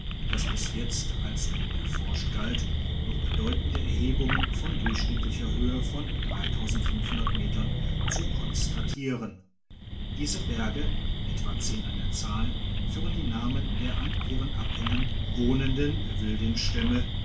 das bis jetzt als unerforscht galt noch bedeutende erhebungen von durchschnittlicher höhe von metern zu konstatieren diese berge etwa zehn an der zahl führen die namen der an ihren abhängen wohnenden wildenstämme